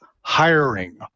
hiring